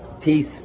peace